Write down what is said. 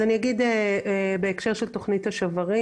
בהקשר תכנית השוברים,